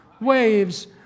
waves